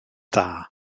dda